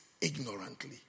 ignorantly